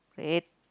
red